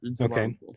Okay